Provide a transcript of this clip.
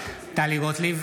גוטליב,